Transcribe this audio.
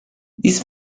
these